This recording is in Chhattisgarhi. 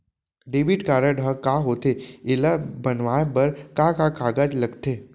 डेबिट कारड ह का होथे एला बनवाए बर का का कागज लगथे?